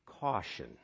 caution